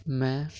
ਮੈਂ